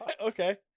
okay